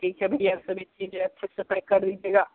ठीक है भैया सभी चीज़ें अच्छे से पैक कर दीजिएगा